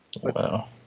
Wow